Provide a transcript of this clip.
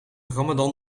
ramadan